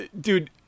dude